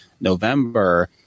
November